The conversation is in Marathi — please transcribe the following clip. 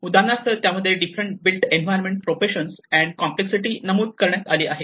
उदाहरणार्थ त्यामध्ये different built environment professions and complexity नमूद करण्यात आले आहेत